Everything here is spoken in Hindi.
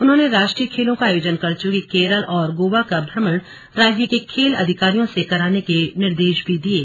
उन्होंने राष्ट्रीय खेलों का आयोजन कर चुके केरल और गोवा का भ्रमण राज्य के खेल अधिकारियों से कराने के निर्देश भी दिये